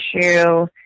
issue